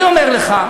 אני אומר לך,